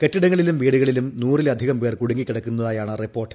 കെട്ടിടങ്ങളിലും വീടുകളിലും നൂറിലധികം പേർ കുടുങ്ങിക്കിടക്കുന്നതായാണ് റിപ്പോർട്ട്